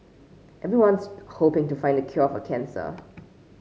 everyone's hoping to find the cure for cancer